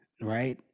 right